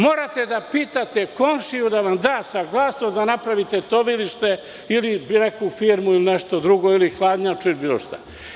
Morate da pitate komšiju da vam da saglasnost da napravite tovilište, ili neku firmu, ili nešto drugo, ili hladnjaču ili bilo šta.